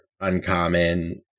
uncommon